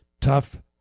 tough